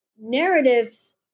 narratives